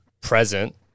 present